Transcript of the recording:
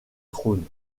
trône